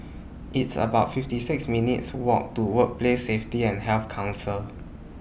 It's about fifty six minutes' Walk to Workplace Safety and Health Council